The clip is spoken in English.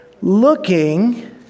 looking